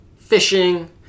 Fishing